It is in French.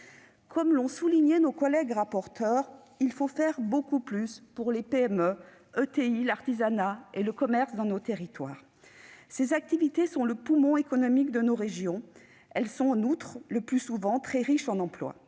Comme l'ont souligné nos collègues rapporteurs, il faut faire beaucoup plus pour les PME et les ETI, l'artisanat et le commerce dans nos territoires. Ces activités sont le poumon économique de nos régions et sont le plus souvent très riches en emplois.